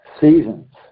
seasons